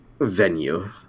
venue